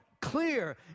clear